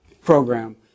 program